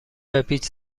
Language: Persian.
بپیچ